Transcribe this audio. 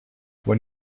when